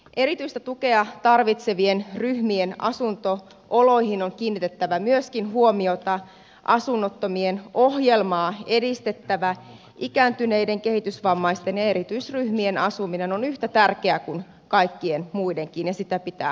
erityistä tukea tarvitsevien ryhmien asunto oloihin on kiinnitettävä myöskin huomiota asunnottomien ohjelmaa edistettävä ikääntyneiden kehitysvammaisten ja erityisryhmien asuminen on yhtä tärkeää kuin kaikkien muidenkin ja sitä pitää valtion tukea